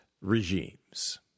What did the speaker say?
regimes